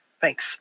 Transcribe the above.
Thanks